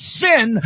sin